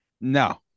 No